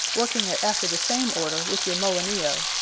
working it after the same order with your molenillo,